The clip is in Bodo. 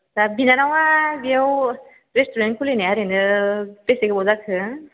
दा बिनानावा बेव रेस्टुरेन्ट खुलिनाया ओरैनो बेसे गोबाव जाखो